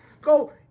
Go